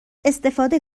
استفاده